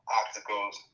obstacles